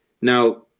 now